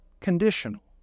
conditional